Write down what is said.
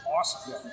Awesome